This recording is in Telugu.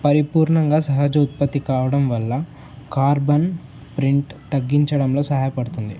పరిపూర్ణంగా సహజ ఉత్పత్తి కావడం వల్ల కార్బన్ ప్రింట్ తగ్గించడంలో సహాయపడుతుంది